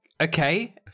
okay